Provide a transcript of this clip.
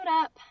up